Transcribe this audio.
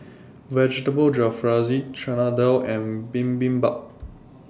Vegetable Jalfrezi Chana Dal and Bibimbap